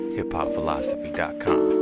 hiphopphilosophy.com